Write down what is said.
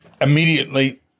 immediately